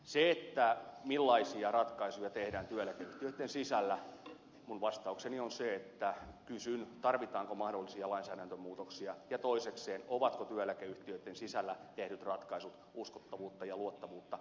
siihen millaisia ratkaisuja tehdään työeläkeyhtiöitten sisällä vastaukseni on se että kysyn tarvitaanko mahdollisia lainsäädäntömuutoksia ja toisekseen ovatko työeläkeyhtiöitten sisällä tehdyt ratkaisut uskottavuutta ja luotettavuutta parantavia